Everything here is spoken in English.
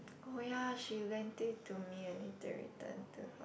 oh ya she lent it to me I need to return to her